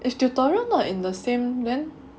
if tutorial not in the same then